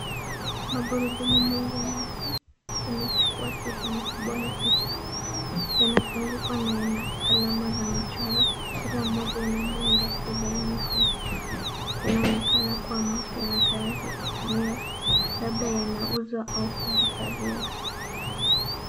Magurudumu mengi meusi yamechukua sehemu kubwa ya picha yanazungukwa na yana alama za michoro. Kila moja ina muundo kibainifu. Yanaonekana kuwa mapya na tayari kutumiwa, labda yanauzwa au kuhifadhiwa.